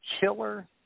killer